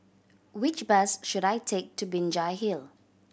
which bus should I take to Binjai Hill